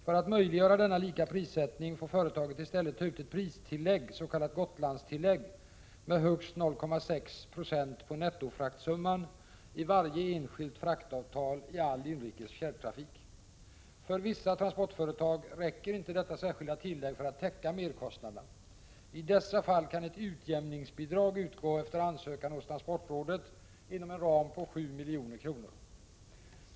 För att möjliggöra denna lika prissättning får företaget i stället ta ut ett pristillägg, s.k. Gotlandstillägg, med högst 0,6 96 på nettofraktsumman i varje enskilt fraktavtal i all inrikes fjärrtrafik. För vissa transportföretag räcker inte detta särskilda tillägg för att täcka merkostnaderna. I dessa fall kan ett utjämningsbidrag utgå efter ansökan hos transportrådet inom en ram på 7 milj.kr.